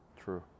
True